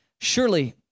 Surely